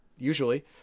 Usually